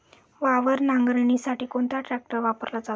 वावर नांगरणीसाठी कोणता ट्रॅक्टर वापरला जातो?